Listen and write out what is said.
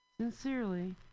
Sincerely